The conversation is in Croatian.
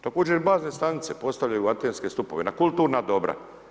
Također i bazne stanice, postavljaju atenske stupove, na kulturna dobra.